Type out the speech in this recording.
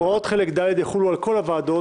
הוראות חלק ד' יחולו על כל הוועדות,